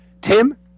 Tim